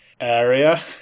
area